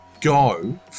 go